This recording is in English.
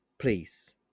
Please